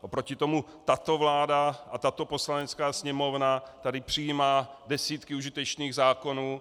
Oproti tomu tato vláda a tato Poslanecká sněmovna tady přijímá desítky užitečných zákonů.